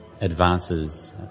advances